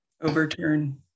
overturn